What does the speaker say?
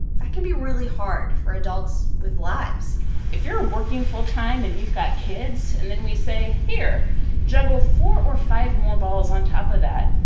that can be really hard for adults with lives if you're working full-time and you've got kids and then we say, here juggle four or five more balls on top of that,